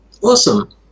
Awesome